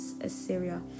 Assyria